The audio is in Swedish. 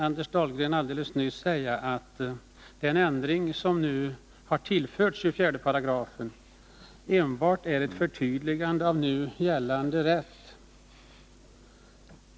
Anders Dahlgren sade i sitt anförande att den ändring som skett genom bestämmelsen som tillförts 24 § enbart är ett förtydligande av nu gällande rätt.